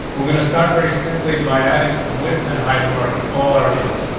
we're going to start very simply by adding some with and high toward all our names.